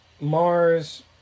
Mars